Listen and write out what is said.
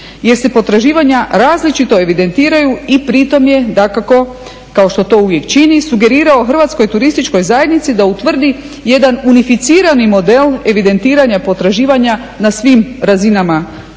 jer se potraživanja različito evidentiraju i pri tom je dakako kao što uvijek čini sugerirao Hrvatskoj turističkoj zajednici da utvrdi jedan unificirani model evidentiranja potraživanja na svim razinama